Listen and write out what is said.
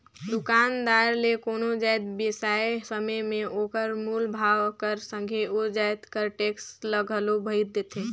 दुकानदार ले कोनो जाएत बिसाए समे में ओकर मूल भाव कर संघे ओ जाएत कर टेक्स ल घलो भइर देथे